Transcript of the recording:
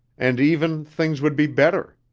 and even, things would be better.